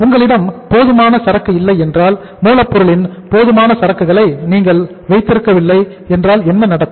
உங்களிடம் போதுமான சரக்கு இல்லை என்றால் மூலப்பொருளின் போதுமான சரக்குகளை நீங்கள் வைத்திருக்க வில்லை என்றால் என்ன நடக்கும்